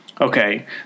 Okay